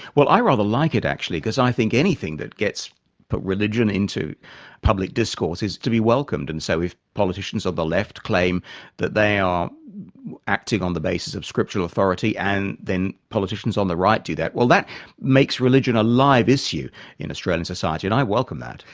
well i rather like it actually. because i think anything that gets but religion into public discourse is to be welcomed and so if politicians of the left claim that they are active on the basis of scriptural authority and then politicians on the right do that, well that makes religion a live issue in australian society and i welcome that.